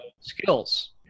skills